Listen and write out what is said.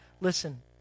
listen